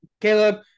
Caleb